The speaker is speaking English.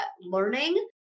learning